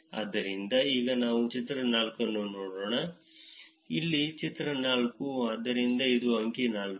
ಆದ್ದರಿಂದ ಈಗ ನಾವು ಚಿತ್ರ 4 ಅನ್ನು ನೋಡೋಣ ಇಲ್ಲಿ ಚಿತ್ರ 4 ಆದ್ದರಿಂದ ಇದು ಅಂಕಿ 4